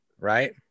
right